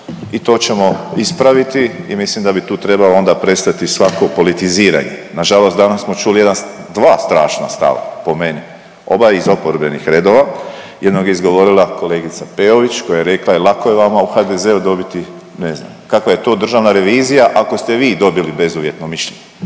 i to ćemo ispraviti i mislim da bi tu onda trebalo onda prestati svako politiziranje. Nažalost danas smo čuli jedan, dva strašna stava, po meni. Ova iz oporbenih redova, jednog je izgovorila kolegica Peović koja je rekla lako je vama u HDZ-u dobiti, ne znam, kakva je to državna revizija, ako ste vi dobili bezuvjetno mišljenje,